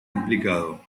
implicado